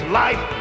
life